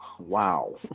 wow